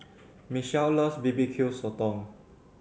Michelle loves B B Q Sotong